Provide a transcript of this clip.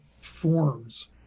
forms